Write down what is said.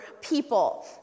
people